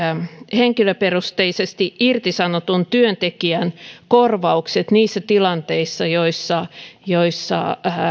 henkilöperusteisesti irtisanotun työntekijän korvaukset niissä tilanteissa joissa joissa